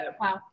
Wow